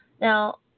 Now